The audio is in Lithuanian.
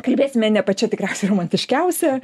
kalbėsime ne pačia tikriausiai romantiškiausia